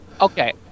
Okay